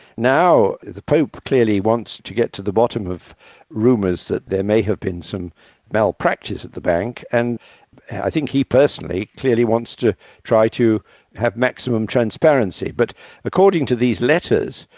now the pope clearly wants to get to the bottom of rumours that there may have been some malpractice at the bank and i think he personally clearly wants to try to have maximum transparency. but according to these letters,